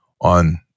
on